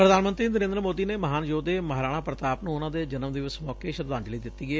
ਪ੍ਰਧਾਨ ਮੰਤਰੀ ਨਰੇਂਦਰ ਸੋਦੀ ਨੇ ਮਹਾਨ ਯੋਧੇ ਮਹਾਰਾਣਾ ਪ੍ਰਤਾਪ ਨੂੰ ਉਨ੍ਹਾਂ ਦੇ ਜਨਮ ਦਿਵਸ ਸੌਕੇ ਸ਼ਰਧਾਂਜਲੀ ਦਿੱਤੀ ਏ